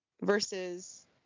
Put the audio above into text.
versus